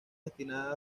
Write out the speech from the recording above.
destinada